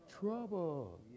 Trouble